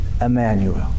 Emmanuel